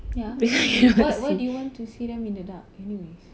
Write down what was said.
ya why why do you want to see them in the dark anyways